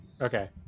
Okay